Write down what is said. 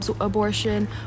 abortion